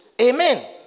Amen